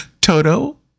Toto